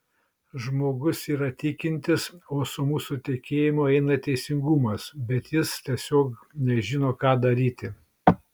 žmogus yra tikintis o su mūsų tikėjimu eina teisingumas bet jis tiesiog nežino ką daryti